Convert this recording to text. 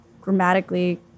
Grammatically